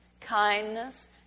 kindness